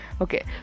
okay